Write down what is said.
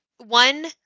One